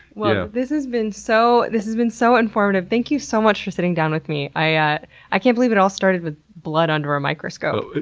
well, this has been so this has been so informative. thank you so much for sitting down with me. i ah i can't believe it all started with blood under a microscope.